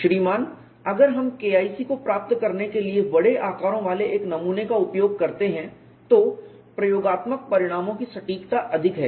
श्रीमान अगर हम KIC को प्राप्त करने के लिए बड़े आकारों वाले एक नमूने का उपयोग करते हैं तो प्रयोगात्मक परिणामों की सटीकता अधिक है